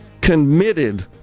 committed